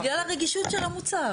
בגלל הרגישות של המוצר.